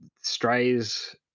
Strays